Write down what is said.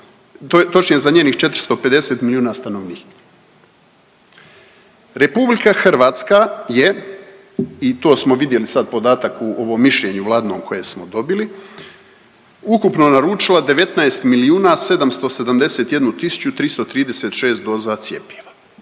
točnije za njenih 450 milijuna stanovnika. RH je i to smo vidjeli sad podatak u ovom mišljenju Vladinom koje smo dobili ukupno naručila 19 milijuna 771 tisuću 336 doza cjepiva